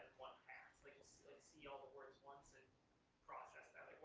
one pass? like see all the words once and process that?